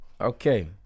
Okay